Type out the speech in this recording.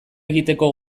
egiteko